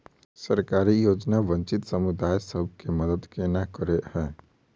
सरकारी योजना वंचित समुदाय सब केँ मदद केना करे है?